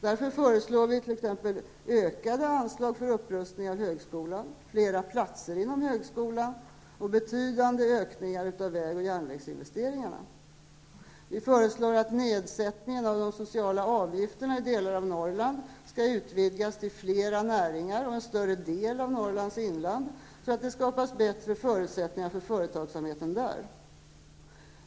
Därför föreslår vi t.ex. ökade anslag för upprustning av högskolan, fler platser inom högskolan och betydande ökningar av väg och järnvägsinvesteringarna. Vi föreslår att nedsättningen av de sociala avgifterna i delar av Norrland skall utvidgas till fler näringar och en större del av Norrlands inland, så att bättre förutsättningar skapas för företagsamheten där.